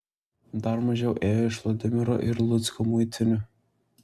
dar mažiau ėjo iš vladimiro ir lucko muitinių